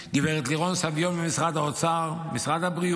לגב' סביון ממשרד האוצר, למשרד הבריאות,